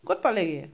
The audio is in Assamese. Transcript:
ক'ত পালেগৈ